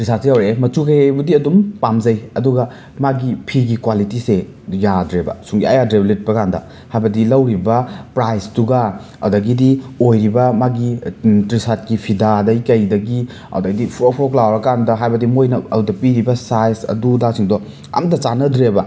ꯇ꯭ꯔꯤꯁꯥꯠꯁꯤ ꯌꯧꯔꯛꯑꯦ ꯃꯆꯨ ꯀꯩꯀꯩꯕꯨꯗꯤ ꯑꯗꯨꯝ ꯄꯥꯝꯖꯩ ꯑꯗꯨꯒ ꯃꯥꯒꯤ ꯐꯤꯒꯤ ꯀ꯭ꯋꯥꯂꯤꯇꯤꯁꯦ ꯌꯥꯗ꯭ꯔꯦꯕ ꯁꯨꯡꯌꯥ ꯌꯥꯗ꯭ꯔꯦꯕ ꯂꯤꯠꯄ ꯀꯥꯟꯗ ꯍꯥꯏꯕꯗꯤ ꯂꯧꯔꯤꯕ ꯄ꯭ꯔꯥꯏꯖꯇꯨꯒ ꯑꯗꯒꯤꯗꯤ ꯑꯣꯏꯔꯤꯕ ꯃꯥꯒꯤ ꯇ꯭ꯔꯤꯁꯥꯠꯀꯤ ꯐꯤꯗꯥꯗꯩ ꯀꯩꯗꯒꯤ ꯑꯗꯩꯗꯤ ꯐꯣꯔꯣ ꯐꯣꯔꯣꯛ ꯂꯥꯎꯔ ꯀꯥꯟꯗ ꯍꯥꯏꯕꯗꯤ ꯃꯣꯏꯅ ꯑꯗꯨꯗ ꯄꯤꯔꯤꯕ ꯁꯥꯏꯖ ꯑꯗꯨꯗꯥꯁꯤꯡꯗꯣ ꯑꯝꯇ ꯆꯥꯅꯗ꯭ꯔꯦꯕ